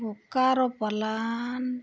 Bokaro plant